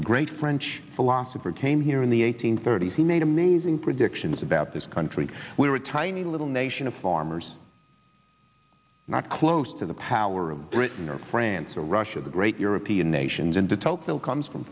the great french philosopher came here in the eighteenth thirty's he made amazing predictions about this country we were a tiny little nation of farmers not close to the power of britain or france or russia the great european nations and the tocqueville comes from